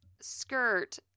skirt